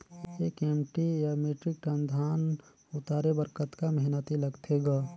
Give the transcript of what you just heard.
एक एम.टी या metric ton धन उतारे बर कतका मेहनती लगथे ग?